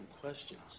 questions